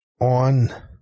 On